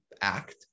act